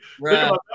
Right